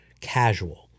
casual